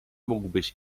mógłbyś